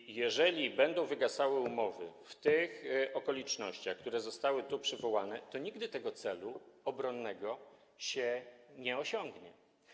I jeżeli będą wygasały umowy w tych okolicznościach, które zostały tu przywołane, to nigdy tego celu obronnego się nie osiągnie.